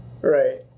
right